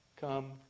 come